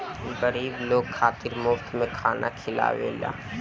ई गरीब लोग खातिर मुफ्त में खाना खिआवेला